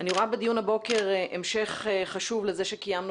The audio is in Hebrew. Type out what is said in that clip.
אני רואה בדיון הבוקר המשך חשוב לדיון שקיימנו